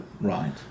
right